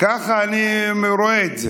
ככה אני רואה את זה.